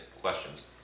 questions